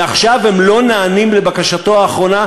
ועכשיו הם לא נענים לבקשתו האחרונה,